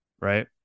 Right